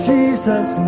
Jesus